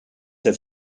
het